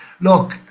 look